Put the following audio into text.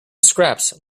scraps